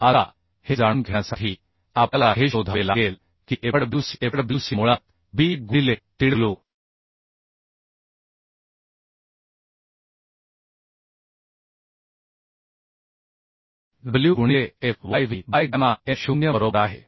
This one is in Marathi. आता हे जाणून घेण्यासाठी आपल्याला हे शोधावे लागेल की fwc Fwc मुळात b 1 गुणिले tw डब्ल्यू गुणिले Fyw बाय गॅमा m 0 बरोबर आहे